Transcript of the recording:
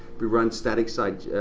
we run static site,